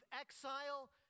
exile